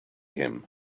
him